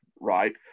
right